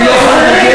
אתם לא עוזרים לו.